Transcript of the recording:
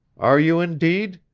are you, indeed?